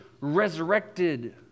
resurrected